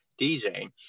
DJ